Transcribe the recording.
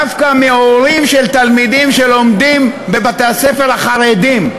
דווקא מהורים של תלמידים שלומדים בבתי-הספר החרדיים,